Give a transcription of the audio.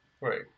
Right